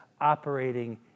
operating